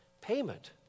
payment